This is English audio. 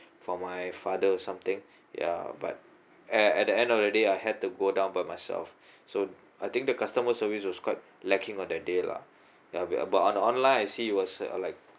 for my father or something ya and at the end of the day I had to go down by myself so I think the customer service was quite lacking on that day lah uh but on online I see was like